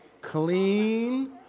Clean